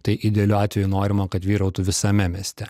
tai idealiu atveju norima kad vyrautų visame mieste